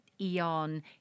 EON